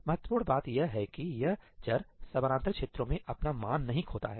महत्वपूर्ण बात यह है कि यह चर समानांतर क्षेत्रों में अपना मान नहीं खोता है